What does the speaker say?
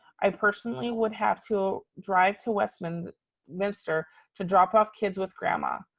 i personally would have to drive to westminster westminster to drop off kids with grandma.